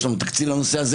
יש לנו תקציב לנושא הזה.